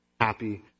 happy